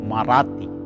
Marathi